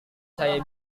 saya